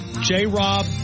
J-Rob